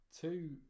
two